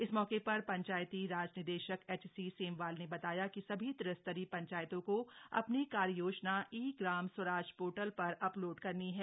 इस मौके पर पंचायतीराज निदेशक एचसी सेमवाल ने बताया कि सभी त्रिस्तरीय पंचायतों को अपनी कार्य योजना ई ग्राम स्वराज पोर्टल पर अपलोड करनी है